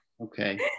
okay